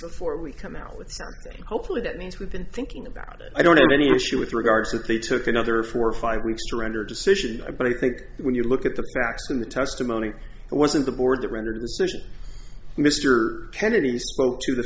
before we come out with hopefully that means we've been thinking about it i don't have any issue with regards that they took another four or five weeks surrender decision but i think when you look at the facts in the testimony it wasn't the board that rendered decisions mr kennedy spoke to the